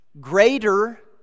Greater